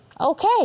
Okay